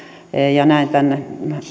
ja näen tämän